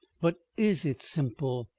but is it simple?